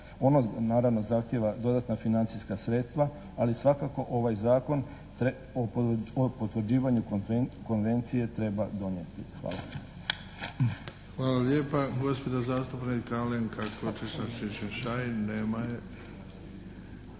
Ona naravno zahtijeva dodatna financijska sredstva ali svakako ovaj zakon o potvrđivanju Konvencije treba donijeti. Hvala. **Bebić, Luka (HDZ)** Hvala lijepa. Gospođa zastupnik Alenka Košiša Čičin-Šain.